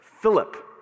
Philip